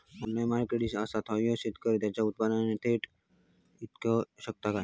Online marketplace असा थयसर शेतकरी त्यांची उत्पादने थेट इकू शकतत काय?